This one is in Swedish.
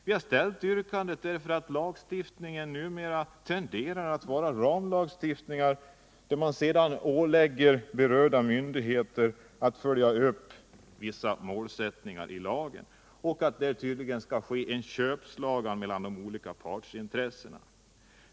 Vi har ställt det yrkandet därför att lagstiftningar numera tenderar att vara lagstiftningar, där man sedan ålägger berörda myndigheter att följa upp vissa målsättningar i lagen och där det tydligen skall ske en köpslagan mellan de olika partsintressena.